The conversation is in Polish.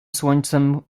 słońcem